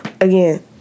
Again